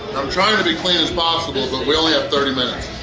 i'm trying to be clean as possible, but we only have thirty minutes!